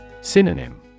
Synonym